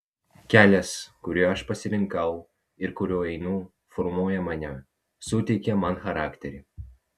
kelias kurį aš pasirinkau ir kuriuo einu formuoja mane suteikia man charakterį